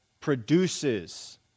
produces